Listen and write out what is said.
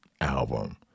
album